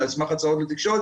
אלא על סמך הצהרות לתקשורת.